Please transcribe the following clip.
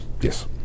Yes